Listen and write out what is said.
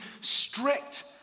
strict